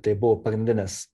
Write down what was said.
tai buvo pagrindinis